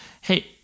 Hey